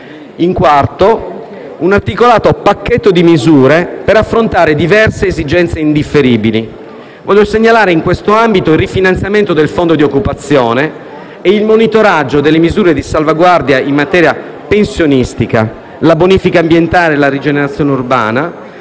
è un articolato pacchetto di misure per affrontare diverse esigenze indifferibili. Voglio segnalare in questo ambito il rifinanziamento del fondo di occupazione e il monitoraggio delle misure di salvaguardia in materia pensionistica; la bonifica ambientale e la rigenerazione urbana;